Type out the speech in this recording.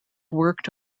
worked